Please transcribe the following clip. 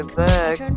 back